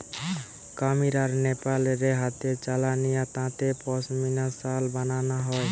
কামীর আর নেপাল রে হাতে চালানিয়া তাঁতে পশমিনা শাল বানানা হয়